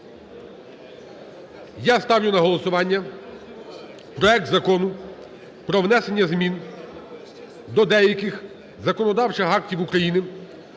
Я ставлю на голосування проект Закону про внесення змін до деяких законодавчих актів України